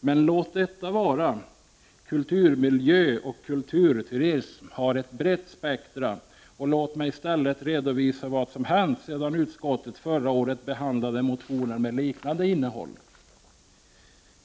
Men låt detta vara — kulturmiljö och kulturturism har ett brett spektra. Låt mig i stället redovisa vad som hänt sedan utskottet förra året behandlade motioner med liknande innehåll.